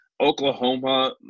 Oklahoma